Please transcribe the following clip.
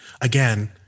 again